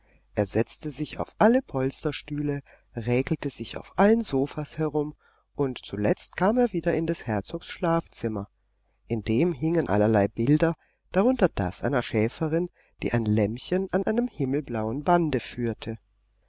er setzte sich auf alle polsterstühle räkelte sich auf allen sofas herum und zuletzt kam er wieder in des herzogs schlafzimmer in dem hingen allerlei bilder darunter das einer schäferin die ein lämmchen an einem himmelblauen bande führte